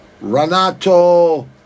Renato